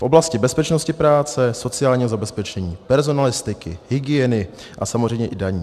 V oblasti bezpečnosti práce, sociálního zabezpečení, personalistiky, hygieny a samozřejmě i daní.